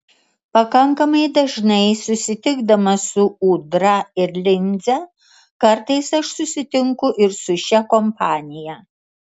pakankamai dažnai susitikdamas su ūdra ir linze kartais aš susitinku ir su šia kompanija